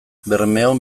bermeon